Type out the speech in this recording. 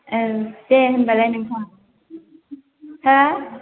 औ दे होनबालाय नोंथां हा